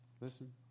Listen